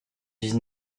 dix